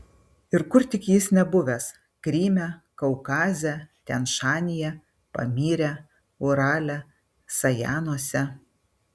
ir kur tik jis nebuvęs kryme kaukaze tian šanyje pamyre urale sajanuose